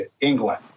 England